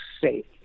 safe